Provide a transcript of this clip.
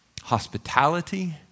Hospitality